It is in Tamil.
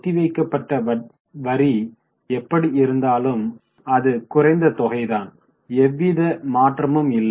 ஒத்திவைக்கப்பட்ட வரி எப்படி இருந்தாலும் அது குறைந்த தொகைதான் எவ்வித மாற்றமும் இல்லை